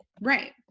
Right